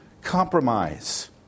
compromise